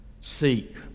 Seek